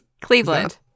Cleveland